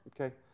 okay